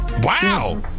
Wow